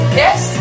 yes